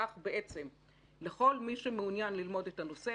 כך כל מי שמעוניין ללמוד את הנושא,